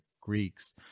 greeks